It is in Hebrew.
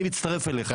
אני מצטרף אליך.